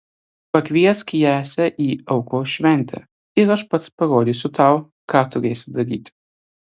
pakviesk jesę į aukos šventę ir aš pats parodysiu tau ką turėsi daryti